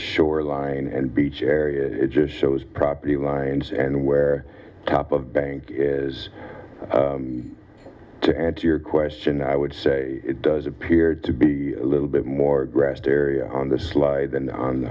shoreline and beach area it just shows property lines and where top of bank is to add to your question i would say it does appear to be a little bit more grassed area on the slide than on